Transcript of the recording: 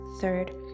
third